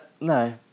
no